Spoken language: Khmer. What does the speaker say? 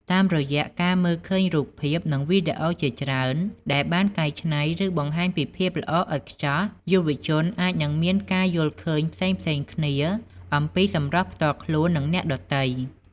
តាមរយៈការមើលឃើញរូបភាព និងវីដេអូជាច្រើនដែលបានកែច្នៃ ឬបង្ហាញពីភាពល្អឥតខ្ចោះ យុវជនអាចនឹងមានការយល់ឃើញផ្សេងៗគ្នាអំពីសម្រស់ផ្ទាល់ខ្លួន និងអ្នកដទៃ។